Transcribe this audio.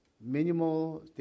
minimal